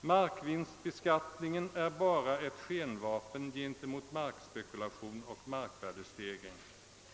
Markvinstbeskattningen är »bara ett skenvapen gentemot markspekulation och markvärdestegring.